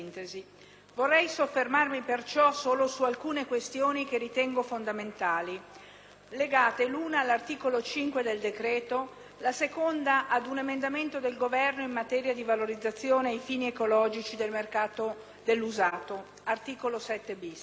perciò soffermarmi solo su alcune questioni che ritengo fondamentali, legate l'una all'articolo 5 del decreto-legge, l'altra un emendamento del Governo in materia di valorizzazione ai fini ecologici del mercato dell'usato tendente ad